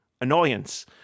Annoyance